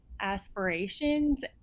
aspirations